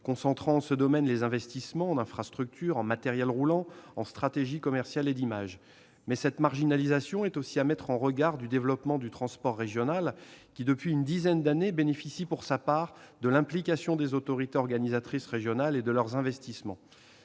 concentrant, en ce domaine, les investissements en infrastructures, en matériel roulant, en stratégie commerciale et d'image. Toutefois, cette marginalisation est aussi à mettre en regard du développement du transport régional, qui, depuis une dizaine d'années, bénéficie pour sa part de l'implication des autorités organisatrices régionales et de leurs investissements.